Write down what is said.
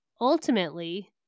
Ultimately